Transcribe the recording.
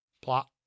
plot